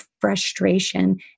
frustration